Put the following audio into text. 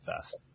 fast